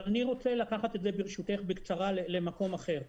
אבל אני רוצה לקחת את זה ברשותך בקצרה למקום אחר.